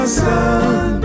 sun